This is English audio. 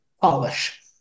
polish